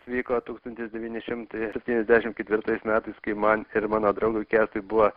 vyko tūkstantis devyni šimtai septyniasdešimt ketvirtais metais kai man ir mano draugui kęstui buvo